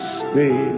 stay